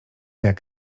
jak